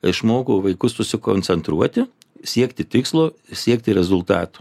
išmoko vaikus susikoncentruoti siekti tikslo siekti rezultatų